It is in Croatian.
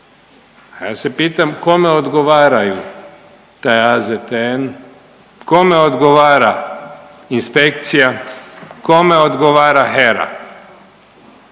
ja se pitam kome odgovaraju taj AZTN, kome odgovara inspekcija, kome odgovara HERA,